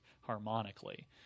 harmonically